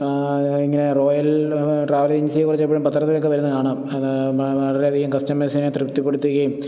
ഇങ്ങനെ റോയൽ ട്രാവലേജൻസിയെ കുറിച്ച് എപ്പോഴും പത്രത്തിൽ ഒക്കെ വരുന്നത് കാണാം അത് വളരെയധികം കസ്റ്റമേഴ്ഴ്സിനെ തൃപ്തിപ്പെടുത്തുകയും